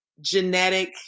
genetic